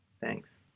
Thanks